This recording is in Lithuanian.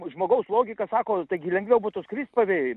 žmogaus logika sako taigi lengviau būtų skrist pavėjui